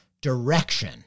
direction